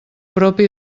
propi